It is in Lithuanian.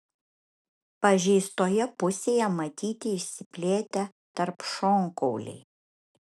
pažeistoje pusėje matyti išsiplėtę tarpšonkauliai